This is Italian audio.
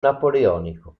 napoleonico